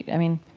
i mean,